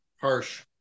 harsh